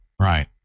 right